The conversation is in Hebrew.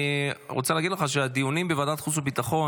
אני רוצה להגיד לך שהדיונים בוועדת החוץ והביטחון